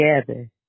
together